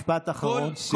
משפט אחרון.